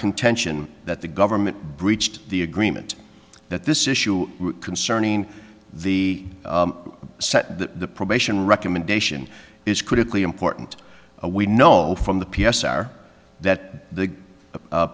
contention that the government breached the agreement that this issue concerning the set the probation recommendation is critically important we know from the p s r that the